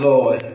Lord